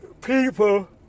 people